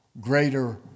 greater